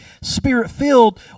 spirit-filled